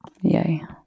Yay